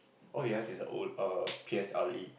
oh yes he has a old uh P_S_L_E